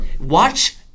Watch